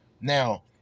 Now